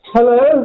Hello